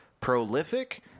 prolific